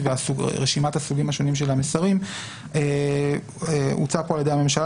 ורשימת הסוגים השונים של המסרים הוצע פה על ידי הממשלה